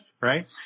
right